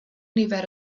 nifer